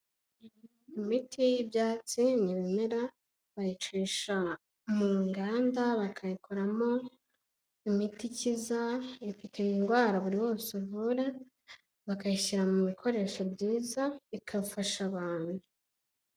Imiti y'ibyatsi ni ibimera, bayicisha mu nganda bakayikoramo imiti ikiza. Ifite indwara buri wose uvura bakayishyira mu bikoresho byiza igafasha abantu.